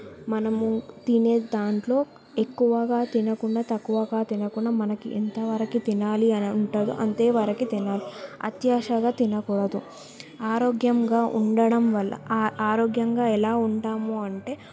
మనము తినేదాంట్లో ఎక్కువగా తినకుండా తక్కువగా తినకుండా మనకి ఎంత వరకు తినాలి అని ఉంటుందో అంతే వరకు తినాలి అత్యాసగా తినకూడదు ఆరోగ్యంగా ఉండడం వల్ల ఆ ఆరోగ్యంగా ఎలా ఉంటాము అంటే